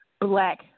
black